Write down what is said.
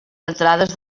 entrades